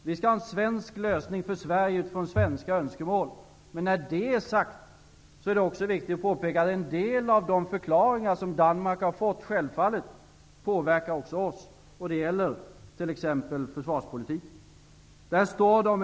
Vi skall ha en svensk lösning utifrån svenska önskemål. När detta är sagt, är det också viktigt att påpeka att en del av de förklaringar som Danmark har fått självfallet också påverkar oss. Det gäller t.ex. försvarspolitiken.